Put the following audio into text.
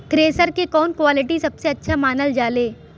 Thresher के कवन quality सबसे अच्छा मानल जाले?